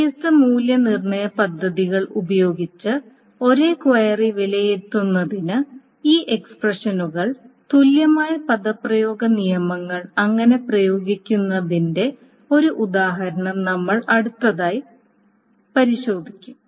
വ്യത്യസ്ത മൂല്യനിർണ്ണയ പദ്ധതികൾ ഉപയോഗിച്ച് ഒരേ ക്വയറി വിലയിരുത്തുന്നതിന് ഈ എക്സ്പ്രഷനുകൾ തുല്യമായ പദപ്രയോഗ നിയമങ്ങൾ എങ്ങനെ ഉപയോഗിക്കാമെന്നതിന്റെ ഒരു ഉദാഹരണം നമ്മൾ അടുത്തതായി പരിശോധിക്കും